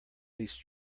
least